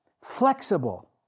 Flexible